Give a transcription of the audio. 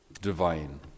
Divine